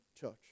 church